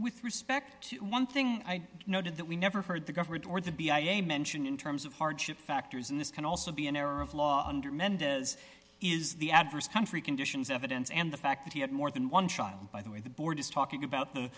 with respect to one thing i noted that we never heard the government or the b i a mention in terms of hardship factors and this can also be an error of law under mendez is the adverse country conditions evidence and the fact that he had more than one child by the way the board is talking about the